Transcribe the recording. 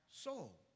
soul